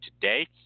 today